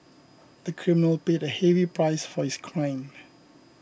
the criminal paid a heavy price for his crime